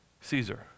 Caesar